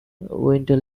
winter